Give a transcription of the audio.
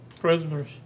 prisoners